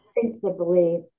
principally